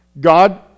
God